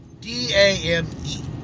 D-A-M-E